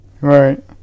Right